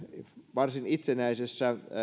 varsin itsenäisessä